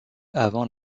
avant